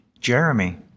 Jeremy